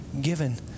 given